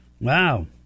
Wow